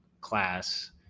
class